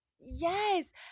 yes